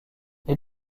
les